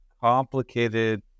complicated